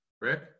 Rick